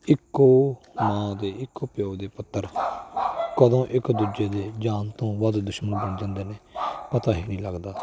ਇੱਕੋ ਮਾਂ ਦੇ ਇੱਕੋ ਪਿਓ ਦੇ ਪੁੱਤਰ ਕਦੋਂ ਇੱਕ ਦੂਜੇ ਦੇ ਜਾਨ ਤੋਂ ਵੱਧ ਦੁਸ਼ਮਣ ਬਣ ਜਾਂਦੇ ਨੇ ਪਤਾ ਹੀ ਨਹੀਂ ਲੱਗਦਾ